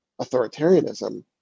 authoritarianism